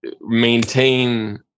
maintain